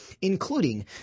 including